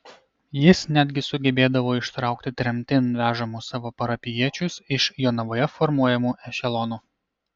jis netgi sugebėdavo ištraukti tremtin vežamus savo parapijiečius iš jonavoje formuojamų ešelonų